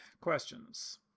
questions